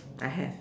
I have